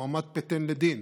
הועמד פטן לדין.